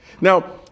Now